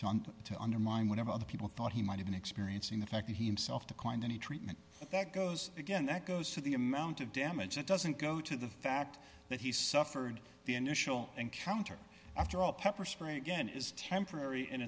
fact to undermine whatever other people thought he might have been experiencing the fact that he himself declined any treatment that goes again that goes to the amount of damage that doesn't go to the fact that he suffered the initial encounter after all pepper spray again is temporary and